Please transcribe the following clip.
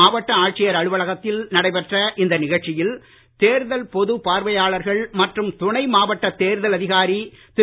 மாவட்ட ஆட்சியர் அலுவலகத்தில் நடைபெற்ற இந்த நிகழ்ச்சியில் தேர்தல் பொது பார்வையாளர்கள் மற்றும் துணை மாவட்ட தேர்தல் அதிகாரி திரு